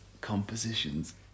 compositions